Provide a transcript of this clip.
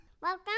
Welcome